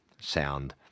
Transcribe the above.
sound